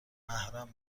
محرم